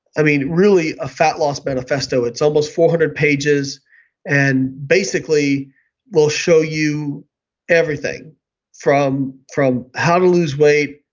i mean really a fat loss manifesto. it's almost four hundred pages and basically will show you everything from from how to lose weight,